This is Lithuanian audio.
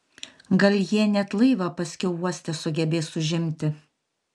gal jie net laivą paskiau uoste sugebės užimti